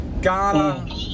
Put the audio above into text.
Ghana